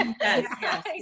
yes